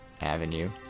Avenue